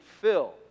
fill